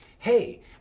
Hey